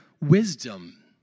wisdom